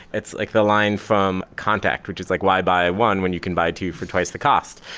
it's like the line from contact, which is like why buy one when you can buy two you for twice the cost.